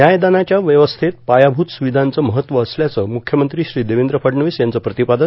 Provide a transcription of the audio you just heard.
न्यायदानाच्या व्यवस्थेत पायाभूत सुविधांचं महत्त्व असल्याचं मुख्यमंत्री श्री देवेंद्र फडणवीस यांचं प्रतिपादन